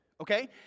okay